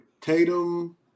Tatum